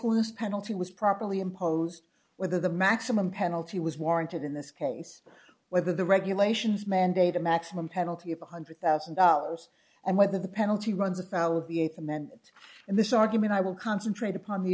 is penalty was properly imposed whether the maximum penalty was warranted in this case whether the regulations mandate a maximum penalty of one hundred thousand dollars and whether the penalty runs afoul of the th amendment and this argument i will concentrate upon the